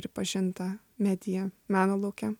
pripažinta medija meno lauke